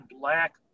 black